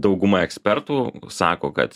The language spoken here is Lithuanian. dauguma ekspertų sako kad